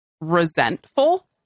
resentful